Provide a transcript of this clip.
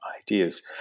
ideas